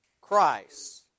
Christ